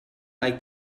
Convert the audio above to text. like